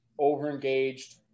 overengaged